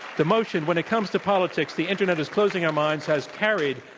the motion, when it comes to politics, the internet is closing our minds has carried.